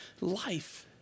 life